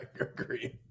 agree